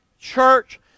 church